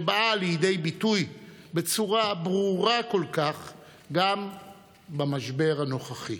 שבאה לידי ביטוי בצורה ברורה כל כך גם במשבר הנוכחי.